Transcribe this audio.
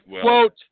Quote